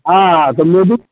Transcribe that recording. हाँ तो मोदी